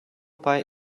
pie